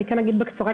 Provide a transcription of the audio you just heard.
קודם כול,